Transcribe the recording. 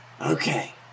Okay